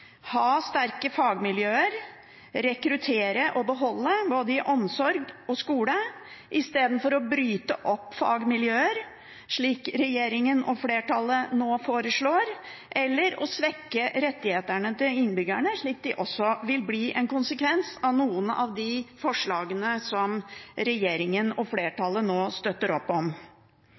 ha sterke fagmiljøer, rekruttere og beholde folk både i omsorg og i skole, istedenfor å bryte opp fagmiljøer, slik regjeringen og flertallet nå foreslår, eller å svekke rettighetene til innbyggerne, som også vil bli en konsekvens av noen av de forslagene som regjeringen og flertallet nå støtter opp om.